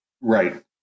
right